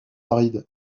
aride